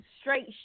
straight